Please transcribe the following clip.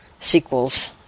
sequels